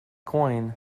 coin